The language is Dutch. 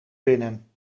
binnen